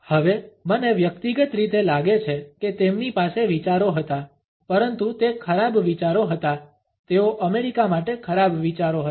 હવે મને વ્યક્તિગત રીતે લાગે છે કે તેમની પાસે વિચારો હતા પરંતુ તે ખરાબ વિચારો હતા તેઓ અમેરિકા માટે ખરાબ વિચારો હતા